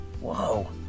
whoa